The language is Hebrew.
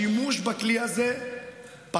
השימוש בכלי הזה פחת.